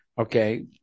Okay